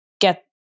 get